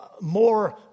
more